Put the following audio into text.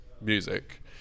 music